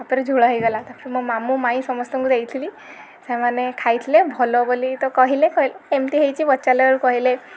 ତା'ପରେ ଝୋଳ ହେଇଗଲା ତା'ପରେ ମୋ ମାମୁଁ ମାଇଁ ସମସ୍ତଙ୍କୁ ଦେଇଥିଲି ସେମାନେ ଖାଇଥିଲେ ଭଲବୋଲି ତ କହିଲେ କହିଲେ କେମିତି ହେଇଛି ପଚାରିଲାବେଳକୁ କହିଲେ